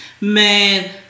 Man